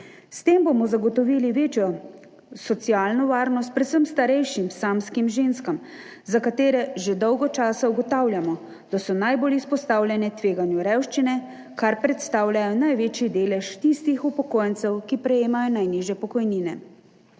S tem bomo zagotovili večjo socialno varnost predvsem starejšim samskim ženskam, za katere že dolgo časa ugotavljamo, da so najbolj izpostavljene tveganju revščine, ker predstavljajo največji delež tistih upokojencev, ki prejemajo najnižje pokojnine.